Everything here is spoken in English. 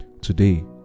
Today